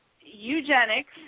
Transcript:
eugenics